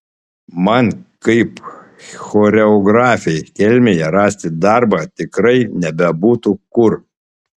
man kaip choreografei kelmėje rasti darbą tikrai nebebūtų kur